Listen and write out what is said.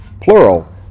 plural